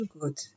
good